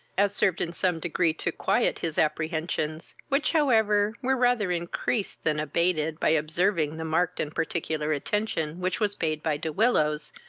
as served in some degree to quiet his apprehensions, which, however, were rather increased than abated by observing the marked and particular attention which was paid by de willows,